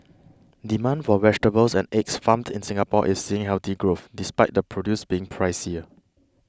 demand for vegetables and eggs farmed in Singapore is seeing healthy growth despite the produce being pricier